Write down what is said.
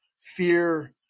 fear